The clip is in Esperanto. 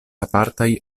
apartaj